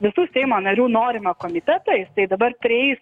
visų seimo narių norimą komitetą jisai dabar prieis